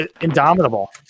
Indomitable